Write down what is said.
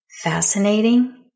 Fascinating